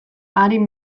arin